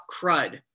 crud